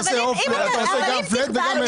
אתה עושה גם פלט וגם המשכי.